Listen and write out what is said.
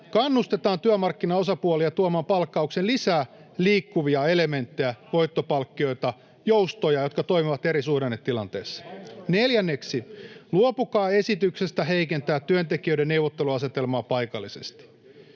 kannustetaan työmarkkinaosapuolia tuomaan palkkaukseen lisää liikkuvia elementtejä, voittopalkkioita, joustoja, jotka toimivat eri suhdannetilanteissa. [Pia Sillanpää: Paraskin puhuja!] Neljänneksi, luopukaa esityksestä heikentää työntekijöiden neuvotteluasemaa paikallisesti.